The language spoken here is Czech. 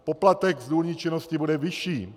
Poplatek z důlní činnosti bude vyšší.